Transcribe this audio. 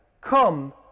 come